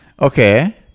Okay